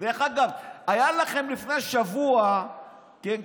דרך אגב, היה לכם לפני שבוע כסף